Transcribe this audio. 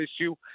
issue